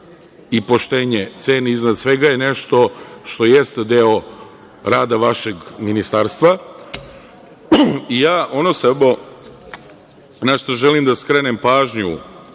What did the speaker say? i poštenje ceni iznad svega je nešto što jeste deo rada vašeg ministarstva. Na šta želim da skrenem pažnju,